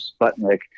Sputnik